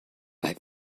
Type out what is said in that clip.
bei